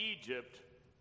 Egypt